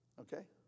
Okay